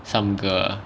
some girl